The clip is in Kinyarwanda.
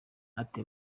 ati